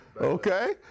Okay